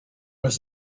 was